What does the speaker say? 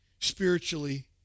spiritually